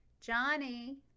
Johnny